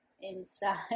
inside